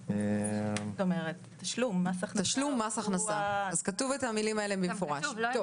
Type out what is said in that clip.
"תשלום מס הכנסה" אז המילים האלה כתובות במפורש.